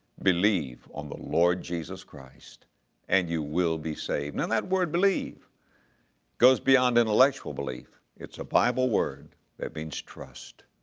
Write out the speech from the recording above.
believe on the lord jesus christ and you will be saved. now and that word believe goes beyond intelectual belief it's a bible word that means trust.